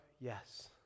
Yes